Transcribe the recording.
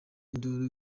induru